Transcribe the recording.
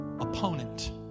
Opponent